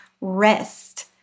rest